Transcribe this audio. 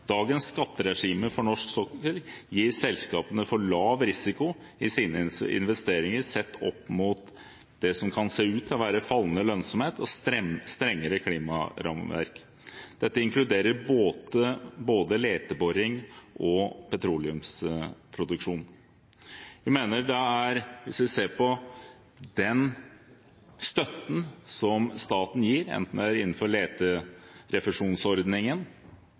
Dagens skatteregime for norsk sokkel gir selskapene for lav risiko i deres investeringer sett opp mot det som kan se ut til å være fallende lønnsomhet og strengere klimarammeverk. Dette inkluderer både leteboring og petroleumsproduksjon. Jeg mener at hvis vi ser på den støtten som staten gir – enten det er innenfor leterefusjonsordningen,